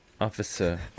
officer